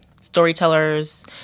storytellers